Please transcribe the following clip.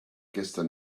gestern